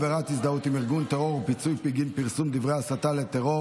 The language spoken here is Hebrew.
עבירת הזדהות עם ארגון טרור ופיצוי בגין פרסום דברי הסתה לטרור),